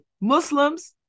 muslims